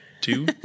two